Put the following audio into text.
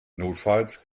notfalls